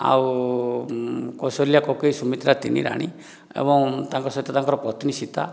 ଆଉ କୌଶଲ୍ୟା କୈକେୟୀ ସୁମିତ୍ରା ତିନି ରାଣୀ ଏବଂ ତାଙ୍କ ସହିତ ତାଙ୍କର ପତ୍ନୀ ସୀତା